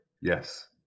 Yes